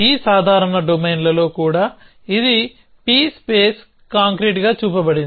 ఈ సాధారణ డొమైన్లలో కూడా ఇది p స్పేస్ కాంక్రీటుగా చూపబడింది